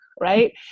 right